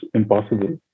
impossible